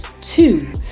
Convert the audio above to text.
Two